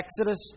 Exodus